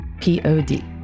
Pod